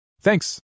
Thanks